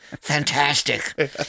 fantastic